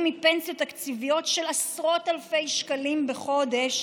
מפנסיות תקציביות של עשרות אלפי שקלים בחודש,